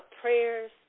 Prayers